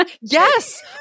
Yes